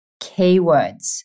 keywords